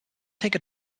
take